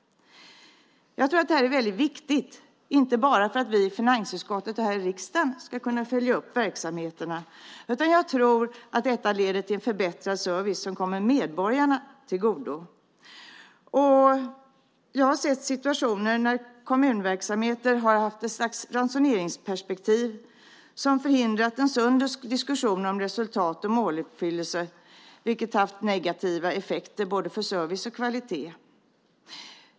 Detta är väldigt viktigt, inte bara för att vi i finansutskottet och här i riksdagen ska kunna följa upp verksamheterna, utan för att detta leder till en förbättrad service som kommer medborgarna till godo. Jag har sett situationer där ett slags ransoneringsperspektiv i kommunverksamheterna har förhindrat en sund diskussion om resultat och måluppfyllelse, vilket har haft negativa effekter både för service och för kvalitet.